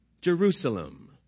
Jerusalem